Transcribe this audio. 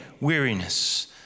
Weariness